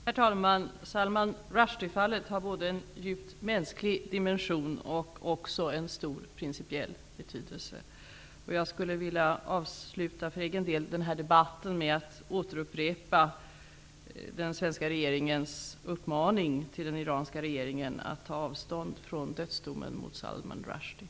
Herr talman! Salman Rushdie-fallet har både en djupt mänsklig dimension och en principiell betydelse. Jag skulle vilja avsluta den här debatten för egen del med att upprepa den svenska regeringens uppmaning till den iranska regeringen, att ta avstånd från dödsdomen mot Salman Rushdie.